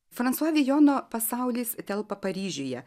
fransua vijono pasaulis telpa paryžiuje